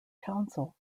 council